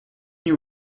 you